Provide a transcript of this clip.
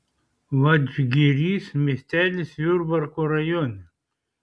vadžgirys miestelis jurbarko rajone